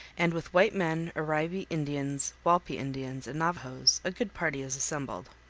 and with white men, oraibi indians, walpi indians, and navajos, a good party is assembled.